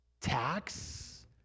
Tax